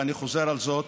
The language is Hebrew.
ואני חוזר על זה,